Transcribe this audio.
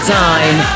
time